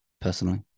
personally